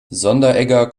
sonderegger